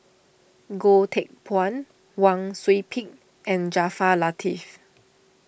Goh Teck Phuan Wang Sui Pick and Jaafar Latiff